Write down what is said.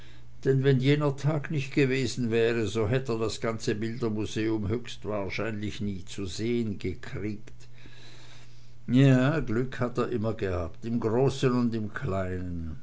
denn wenn jener tag nicht gewesen wäre so hätt er das ganze bildermuseum höchstwahrscheinlich nie zu sehen gekriegt ja glück hat er immer gehabt im großen und im kleinen